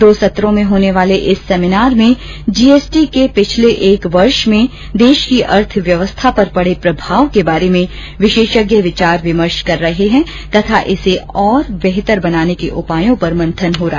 दो सत्रों में होने वाले इस सेमीनार में जीएसटी के पिछले एक वर्ष में देश की अर्थव्यवस्था पर पड़े प्रभाव के बारे में विशेषज्ञ विचार विमर्श करेंगे तथा इसे ओर बेहतर बनाने के उपायों पर मंथन होगा